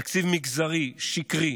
תקציב מגזרי, שקרי,